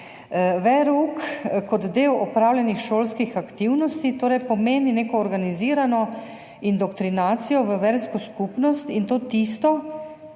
Verouk kot del opravljenih šolskih aktivnosti torej pomeni neko organizirano indoktrinacijo v versko skupnost, in to tisto,